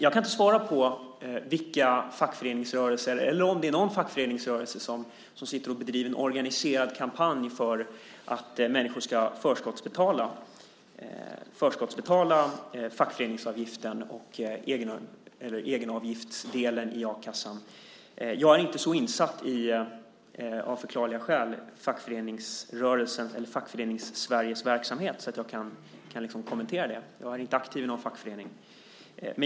Jag kan inte svara på om det är någon fackföreningsrörelse som bedriver en organiserad kampanj för att människor ska förskottsbetala fackföreningsavgiften och egenavgiftsdelen i a-kassan. Jag är av förklarliga skäl inte så insatt i Fackförenings-Sveriges verksamhet att jag kan kommentera det. Jag är inte aktiv i någon fackförening.